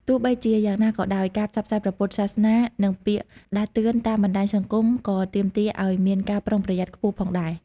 ទោះបីជាយ៉ាងណាក៏ដោយ ការផ្សព្វផ្សាយព្រះពុទ្ធសាសនា និងពាក្យដាស់តឿនតាមបណ្តាញសង្គមក៏ទាមទារឱ្យមានការប្រុងប្រយ័ត្នខ្ពស់ផងដែរ។